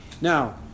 Now